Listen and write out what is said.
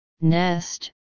nest